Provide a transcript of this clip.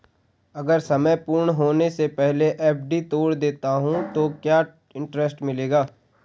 अगर समय पूर्ण होने से पहले एफ.डी तोड़ देता हूँ तो क्या इंट्रेस्ट मिलेगा?